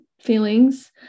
feelings